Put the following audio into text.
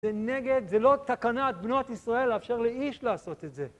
זה נגד, זה לא תקנת בנות ישראל, לאפשר לאיש לעשות את זה.